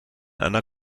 einer